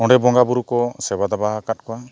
ᱚᱸᱰᱮ ᱵᱚᱸᱜᱟ ᱵᱩᱨᱩ ᱠᱚ ᱥᱮᱵᱟ ᱫᱟᱵᱟᱣ ᱟᱠᱟᱫ ᱠᱚᱣᱟ